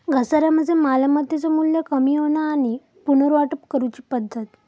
घसारा म्हणजे मालमत्तेचो मू्ल्य कमी होणा आणि पुनर्वाटप करूची पद्धत